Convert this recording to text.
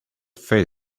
faded